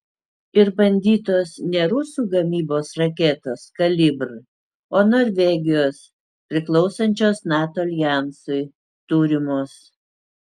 ir bandytos ne rusų gamybos raketos kalibr o norvegijos priklausančios nato aljansui turimos